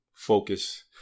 Focus